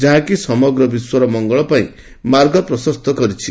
ଯାହାକି ସମଗ୍ର ବିଶ୍ୱର ମଙ୍ଗଳ ପାଇଁ ମାର୍ଗ ପ୍ରଶସ୍ତ କରିଛି